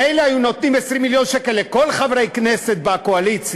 מילא היו נותנים 20 מיליון שקל לכל חברי הכנסת בקואליציה,